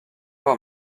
voir